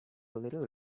little